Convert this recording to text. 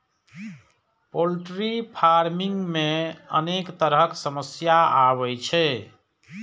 poultry farming मे अनेक तरहक समस्या आबै छै